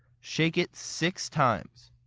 shake it six times.